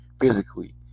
Physically